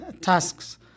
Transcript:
tasks